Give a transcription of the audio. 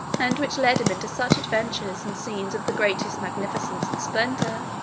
and which led him into such adventures in scenes of the greatest magnificence and splendor,